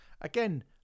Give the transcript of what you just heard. Again